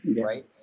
right